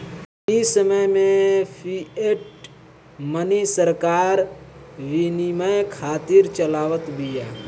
इ समय में फ़िएट मनी सरकार विनिमय खातिर चलावत बिया